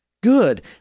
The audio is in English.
Good